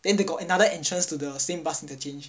then they got another entrance to the same bus interchange